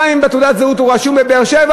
גם אם בתעודת הזהות הוא רשום בבאר-שבע,